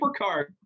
supercard